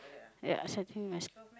ya setting must